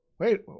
Wait